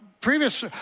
previous